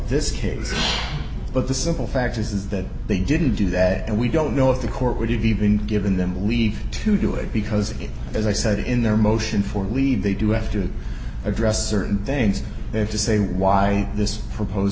this case but the simple fact is that they didn't do that and we don't know if the court would have even given them leave to do it because as i said in their motion for leave they do have to address certain things they have to say why this proposed